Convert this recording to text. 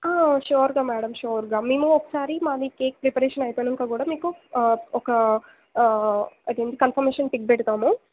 షూర్గా madam షూర్గా మేము ఒకసారి మాది కేక్ ప్రిపరేషన్ అయిపోయినాకా కూడా మీకు ఒక అదేంటి కన్ఫర్మేషన్ పిక్ పెడతాము